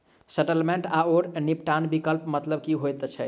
Settlement आओर निपटान विकल्पक मतलब की होइत छैक?